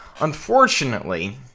Unfortunately